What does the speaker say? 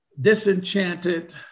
disenchanted